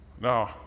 Now